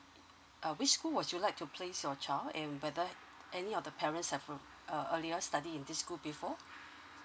uh which school would you like to place your child and whether any of the parents are from uh do you all study in this school before